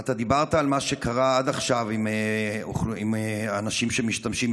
אתה דיברת על מה שקרה עד עכשיו עם האנשים שמשתמשים,